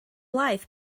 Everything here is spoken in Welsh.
laeth